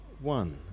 one